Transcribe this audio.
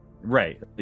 Right